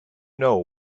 know